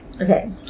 Okay